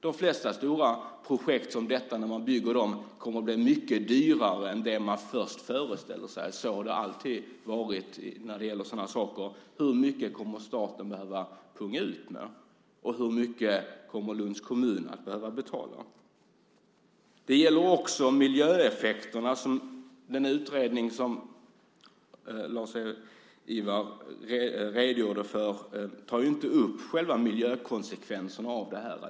De flesta stora projekt, som detta, blir när man bygger dem mycket dyrare än man först föreställt sig. Så har det alltid varit när det gäller sådana saker. Hur mycket kommer staten att behöva punga ut med, och hur mycket kommer Lunds kommun att behöva betala? Det gäller också miljöeffekterna. Den utredning som Lars-Ivar redogjorde för tar ju inte upp själva miljökonsekvenserna av det här.